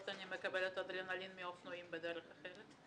אני מקבלת אדרנלין מאופנועים בדרך אחרת.